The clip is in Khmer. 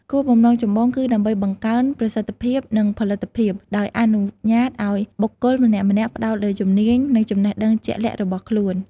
គោលបំណងចម្បងគឺដើម្បីបង្កើន ប្រសិទ្ធភាព និង ផលិតភាព ដោយអនុញ្ញាតឱ្យបុគ្គលម្នាក់ៗផ្តោតលើជំនាញ និងចំណេះដឹងជាក់លាក់របស់ខ្លួន។